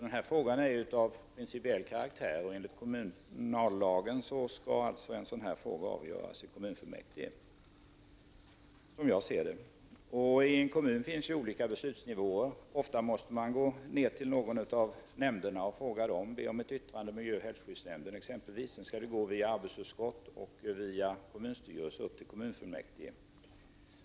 Den här frågan är av principiell karaktär. Enligt kommunallagen skall en sådan fråga, som jag ser det, avgöras i kommunfullmäktige. I en kommun finns olika beslutsnivåer. Ofta måste man gå ned till någon av nämnderna och be dem om ett yttrande, t.ex. miljöoch hälsoskyddsnämnden. Sedan skall ärendet gå via arbetsutskott och kommunstyrelse upp till kommunfullmäktige.